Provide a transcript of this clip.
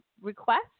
request